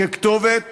ככתובת